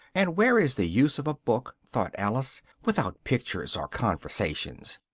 and where is the use of a book, thought alice, without pictures or conversations?